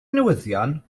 newyddion